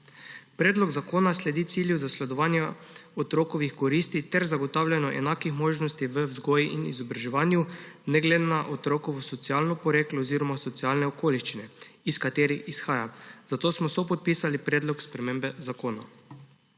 Predlog zakona sledi cilju zasledovanja otrokovih koristi ter zagotavljanju enakih možnosti v vzgoji in izobraževanju ne glede na otrokovo socialno poreklo oziroma socialne okoliščine, iz katere izhaja, zato smo sopodpisali predlog spremembe zakona.